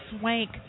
swank